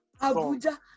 Abuja